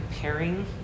pairing